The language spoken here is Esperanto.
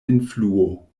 influo